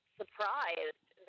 surprised